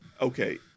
Okay